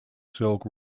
silk